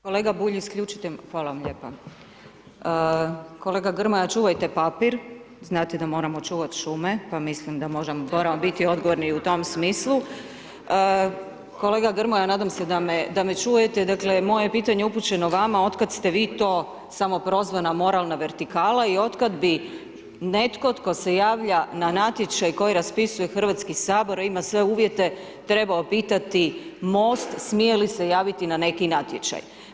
Kolega Grmoja, čuvajte papir, znate da moramo čuvati šume pa mislim da moramo biti odgovorni i u tom smislu, Kolega Grmoja, nadam se da me čujete, dakle moje pitanje upućeno vama, otkad ste vi to samoprozvana moralna vertikala i otkad bi netko tko se javlja na natječaj koji raspisuje Hrvatski sabor a ima sve uvjete, trebao pitati MOST smije li se javiti na neki natječaj?